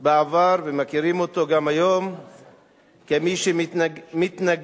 בעבר ומכירים אותו גם היום כמי שמתנגד